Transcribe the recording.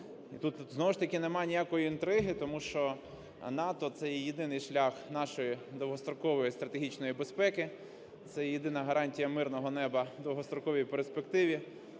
тут, знову ж таки, нема ніякої інтриги, тому що НАТО – це єдиний шлях нашої довгострокової стратегічної безпеки, це єдина гарантія мирного неба в довгостроковій перспективі.